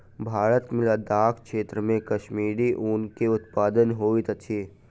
भारत मे लदाख क्षेत्र मे कश्मीरी ऊन के उत्पादन होइत अछि